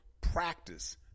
practice